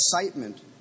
excitement